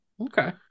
okay